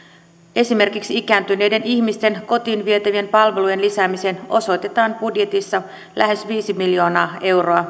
esimerkiksi ikääntyneiden ihmisten kotiin vietävien palvelujen lisäämiseen osoitetaan budjetissa lähes viisi miljoonaa euroa